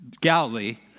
Galilee